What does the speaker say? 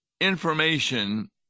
information